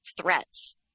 threats